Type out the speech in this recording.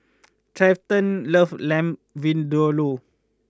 Trenten loves Lamb Vindaloo